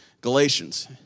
Galatians